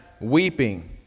weeping